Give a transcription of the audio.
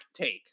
take